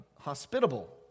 hospitable